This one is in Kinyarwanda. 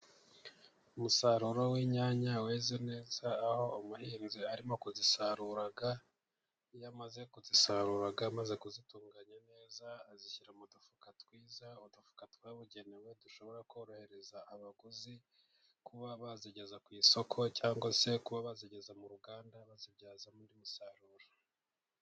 Umusaruro w'inyanya weze neza, aho umuhinzi arimo kuzisarura. Iyo amaze kuzisaru amaze kuzitunganya neza, azishyira mu dufuka twiza, udufuka twabugenewe dushobora korohereza abaguzi kuba bazigeza ku isoko, cyangwa se kuba bazigeza mu ruganda bazibyaza undi umusaruro.